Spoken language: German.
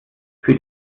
für